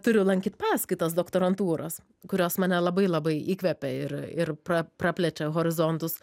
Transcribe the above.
turiu lankyt paskaitas doktorantūros kurios mane labai labai įkvepia ir ir pra praplečia horizontus